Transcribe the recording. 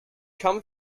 come